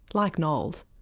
like noel's,